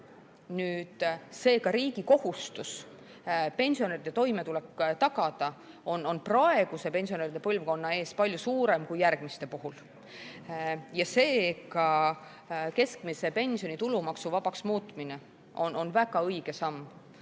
Seega, riigi kohustus pensionäride toimetulek tagada on praeguse pensionäride põlvkonna ees palju suurem kui järgmiste puhul. Ja seega on keskmise pensioni tulumaksuvabaks muutmine väga õige samm.